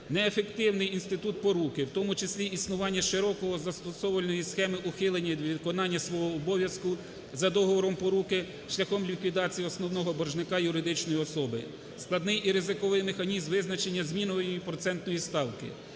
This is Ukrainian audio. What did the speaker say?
Неефективний інститут поруки, в тому числі існування широко застосовуваної схеми ухилення від виконання свого обов'язку за договором поруки шляхом ліквідації основного боржника-юридичної особи. Складний і ризиковий механізм визначення зміну процентної ставки,